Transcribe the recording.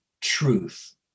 truth